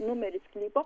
numerį sklypo